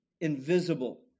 invisible